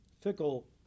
fickle